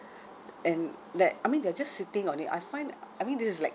and that I mean they are just sitting on it I find I mean this is like